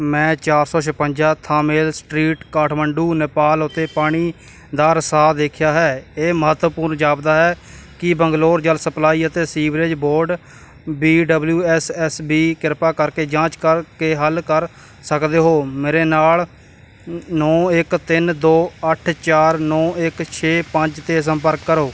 ਮੈਂ ਚਾਰ ਸੌ ਛਪੰਜਾ ਥੰਮਮੇਲ ਸਟਰੀਟ ਕਾਟਮੰਡੂ ਨੇਪਾਲ ਅਤੇ ਪਾਣੀ ਦਾ ਰਸਾਵ ਦੇਖਿਆ ਹੈ ਇਹ ਮਹੱਤਵਪੂਰਨ ਜਾਪਦਾ ਹੈ ਕੀ ਬੰਗਲੋਰ ਜਲ ਸਪਲਾਈ ਅਤੇ sewerage board B W S S B ਕਿਰਪਾ ਕਰਕੇ ਜਾਂਚ ਕਰ ਕੇ ਹੱਲ ਕਰ ਸਕਦੇ ਹੋ ਮੇਰੇ ਨਾਲ ਨੌਂ ਇੱਕ ਤਿੰਨ ਦੋ ਅੱਠ ਚਾਰ ਨੌਂ ਇੱਕ ਛੇ ਪੰਜ 'ਤੇ ਸੰਪਰਕ ਕਰੋ